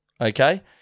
Okay